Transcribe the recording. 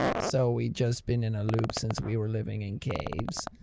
so we've just been in a loop since we were living in caves?